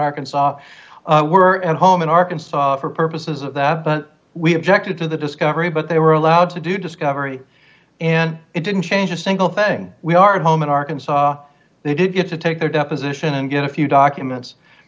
arkansas we were at home in arkansas for purposes of that but we objected to the discovery but they were allowed to do discovery and it didn't change a single thing we are at home in arkansas they did get to take their deposition and get a few documents